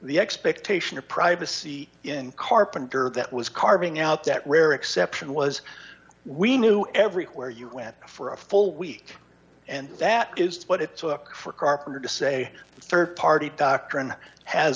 the expectation of privacy in carpenter that was carving out that rare exception was we knew every where you went for a full week and that is what it took for carpenter to say rd party doctrine has